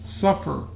suffer